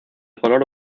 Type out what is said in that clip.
color